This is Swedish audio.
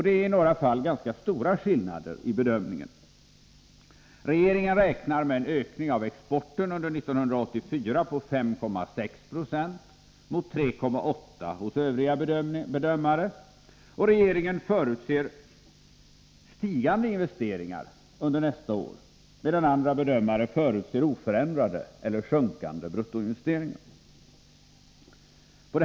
Det är i några fall ganska stora skillnader i bedömningen: Regeringen räknar med en ökning av exporten under 1984 om 5,6 26 mot 3,8 hos övriga bedömare. Regeringen förutser stigande investeringar, medan andra förutser oförändrade eller sjunkande bruttoinvesteringar.